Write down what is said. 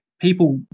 people